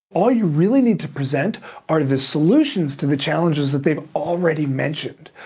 all you really need to present are the solutions to the challenges that they've already mentioned.